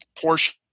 portion